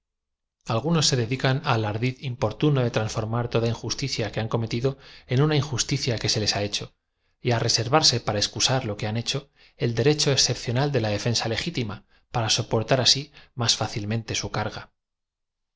algunos se dedi can al ardid importuno de transformar toda injusticia que han cometido en una injusticia que se les ha he cho y á reservarse p ara excusar lo que han hecho el derecho excepcional de la defensa legítim a p ara soportar así más fácilmente su carga